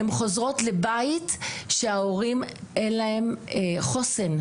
הן חוזרות לבית שלהורים אין חוסן.